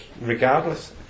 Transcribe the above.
regardless